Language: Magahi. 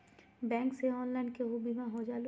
बैंक से ऑनलाइन केहु बिमा हो जाईलु?